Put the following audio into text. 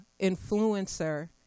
Influencer